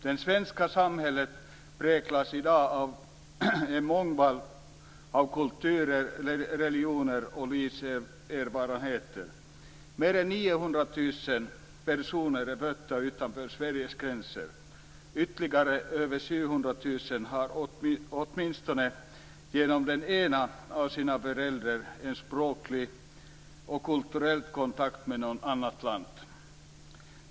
Det svenska samhället präglas i dag av en mångfald kulturer, religioner och livserfarenheter. Mer än 900 000 personer är födda utanför Sveriges gränser. Ytterligare över 700 000 har åtminstone genom den ena av sina föräldrar en språklig och kulturell kontakt med ett annat land.